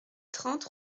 trente